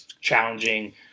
challenging